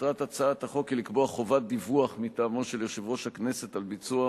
של חבר הכנסת יריב לוין, קריאה